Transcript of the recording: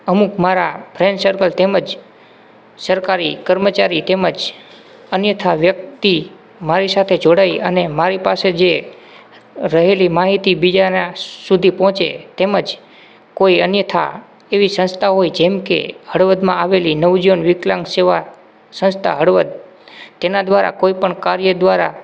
અમુક મારા friend circle તેમજ સરકારી કર્મચારી તેમજ અન્યથા વ્યક્તિ મારી સાથે જોડાઇ અને મારી પાસે જે રહેલી માહિતી બીજાના સુધી પહોંચે તેમજ કોઈ અન્યથા એવી સંસ્થા હોય જેમ કે હળવદમાં આવેલી નવજીવન વિકલાંગ સેવા સંસ્થા હળવદ તેના દ્વારા કોઈપણ કાર્ય દ્વારા